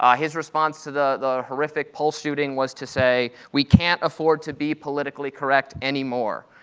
ah his response to the horrific pulse shooting was to say we can't afford to be politically correct anymore.